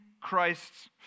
Christ's